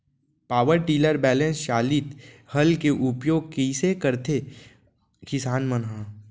Power tiller बैलेंस चालित हल के उपयोग कइसे करथें किसान मन ह?